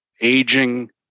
aging